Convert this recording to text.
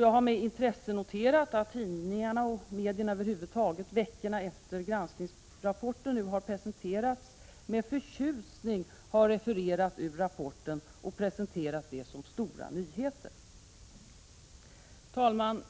Jag har med intresse noterat att tidningarna och medierna över huvud taget veckorna efter det att granskningsrapporten presenterades med förtjusning har refererat ur rapporten och presenterat det som stora nyheter. Herr talman!